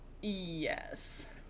Yes